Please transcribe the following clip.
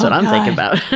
but i'm thinking about.